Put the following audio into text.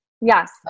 Yes